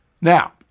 Now